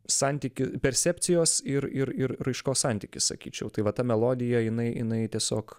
santykį percepcijos ir ir ir raiškos santykis sakyčiau tai va ta melodija jinai jinai tiesiog